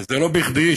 זה לא בכדי,